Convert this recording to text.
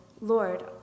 Lord